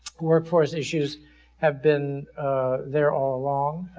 workforce issues have been there all along.